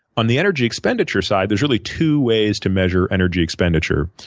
on the energy expenditure side, there's really two ways to measure energy expenditure.